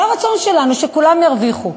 זה הרצון שלנו, שכולם ירוויחו.